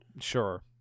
Sure